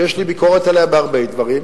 שיש לי ביקורת עליה בהרבה דברים,